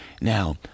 Now